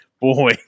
boy